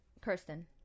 Kirsten